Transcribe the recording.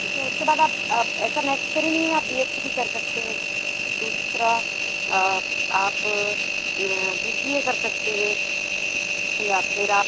ठीक है उसके बाद आप ऐसा नेसेसरी नहीं है आप बी एस सी भी कर सकते हैं दूसरा आप बी सी ए कर सकते हैं या फिर आप